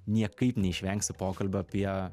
niekaip neišvengsi pokalbio apie